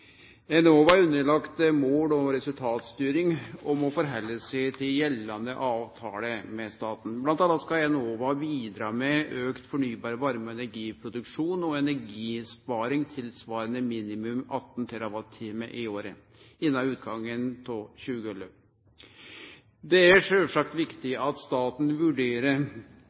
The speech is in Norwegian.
Enova er underlagt mål- og resultatstyring og må halde seg til gjeldande avtale med staten. Mellom anna skal Enova bidra med auka fornybar varme- og energiproduksjon og energisparing tilsvarande minimum 18 TWh i året innan utgangen av 2011. Det er sjølvsagt viktig at staten vurderer